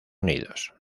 unidos